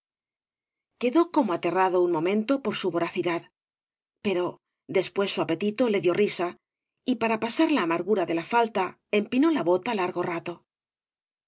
quedó como aterrado un momento por su voracidad pero después su apetito le dio risa y para pasar la amargura de la falta empinó la bota largo rato